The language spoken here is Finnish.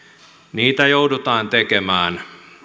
niitä joudutaan tekemään